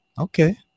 okay